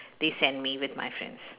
they send me with my friends